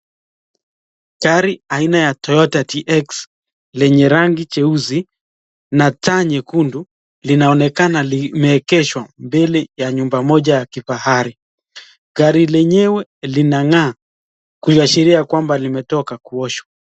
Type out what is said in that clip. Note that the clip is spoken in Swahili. Gari aina ya Toyota TX lenye rangi jeusi na taa nyekundu linaonekana limeegeshwa mbele ya nyumba moja la kifahari. Gari lenyewe linang'aa kuashiria kwamba limetoka kuoshwa.